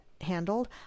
handled